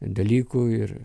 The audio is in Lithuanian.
dalykų ir